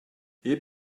hip